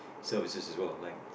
so it is as well like